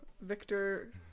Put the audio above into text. Victor